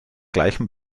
gleichem